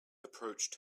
approached